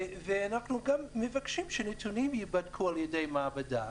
ואנחנו גם מבקשים שהנתונים ייבדקו על-ידי מעבדה